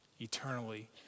eternally